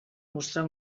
mostrar